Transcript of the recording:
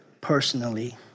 personally